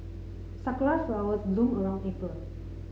sakura flowers bloom around April